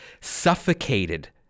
suffocated